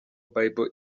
bible